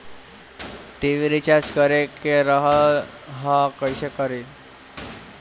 TV recharge करे के रहल ह कइसे करी?